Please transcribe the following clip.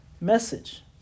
message